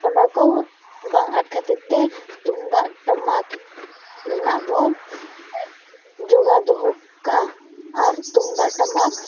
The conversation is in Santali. ᱚᱱᱟ ᱠᱚ ᱵᱟᱝ ᱟᱫ ᱠᱷᱟᱹᱛᱤᱨᱛᱮ ᱛᱩᱢᱫᱟᱜ ᱴᱟᱢᱟᱠ ᱨᱮᱱᱟᱜ ᱵᱚ ᱡᱚᱜᱟᱣ ᱫᱚᱦᱚ ᱠᱟᱜᱼᱟ ᱟᱨ ᱛᱩᱢᱫᱟᱜ ᱴᱟᱢᱟᱠ